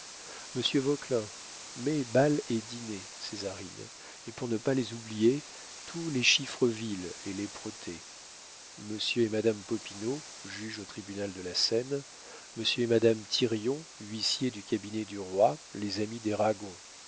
mets bal et dîner césarine et pour ne pas les oublier tous les chiffreville et les protez monsieur et madame popinot juge au tribunal de la seine monsieur et madame thirion huissier du cabinet du roi les amis des ragon